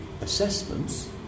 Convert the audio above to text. assessments